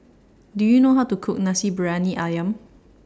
Do YOU know How to Cook Nasi Briyani Ayam